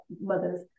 mothers